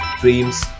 dreams